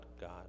God